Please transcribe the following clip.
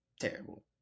terrible